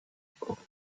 pico